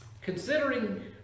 Considering